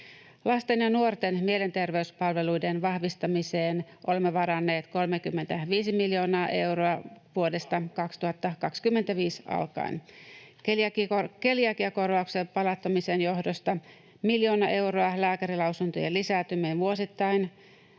Lasten ja nuorten mielenterveyspalveluiden vahvistamiseen olemme varanneet 35 miljoonaa euroa vuodesta 2025 alkaen, keliakiakorvauksen palauttamisen johdosta miljoona euroa lääkärilausuntojen lisääntymiseen vuosittain,